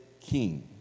king